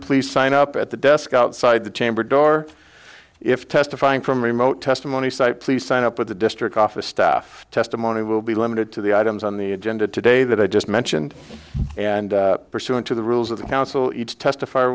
please sign up at the desk outside the chamber door if testifying from remote testimony site please sign up with the district office staff testimony will be limited to the items on the agenda today that i just mentioned and pursuant to the rules of the council each testify